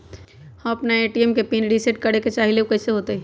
हम अपना ए.टी.एम के पिन रिसेट करे के चाहईले उ कईसे होतई?